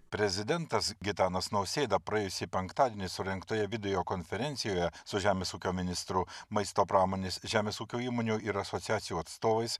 prezidentas gitanas nausėda praėjusį penktadienį surengtoje video konferencijoje su žemės ūkio ministru maisto pramonės žemės ūkio įmonių ir asociacijų atstovais